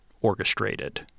orchestrated